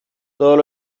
todos